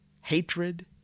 hatred